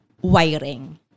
wiring